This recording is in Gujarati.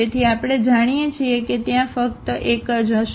તેથી આપણે જાણીએ છીએ કે ત્યાં ફક્ત એક જ હશે